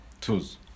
Tuz